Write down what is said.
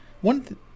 one